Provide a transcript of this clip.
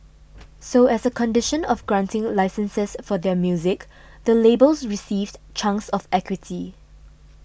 so as a condition of granting licences for their music the labels received chunks of equity